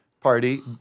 party